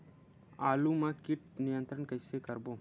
आलू मा कीट नियंत्रण कइसे करबो?